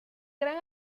gran